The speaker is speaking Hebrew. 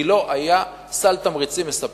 כי לא היה סל תמריצים מספק.